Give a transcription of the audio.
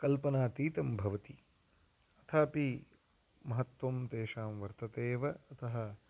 कल्पनातीतं भवति अथापि महत्त्वं तेषां वर्तते एव अतः